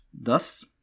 Thus